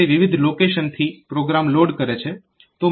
તે વિવિધ લોકેશનથી પ્રોગ્રામ લોડ કરે છે